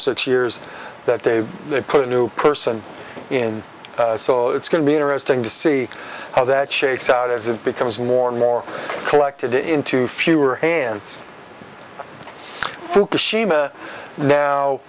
six years that they put a new person in so it's going to be interesting to see how that shakes out as it becomes more and more collected into fewer hands now